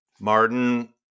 Martin